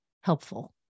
helpful